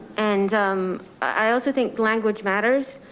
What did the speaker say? and i also think language matters.